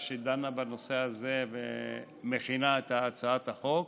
שדנה בנושא הזה ומכינה את הצעת החוק.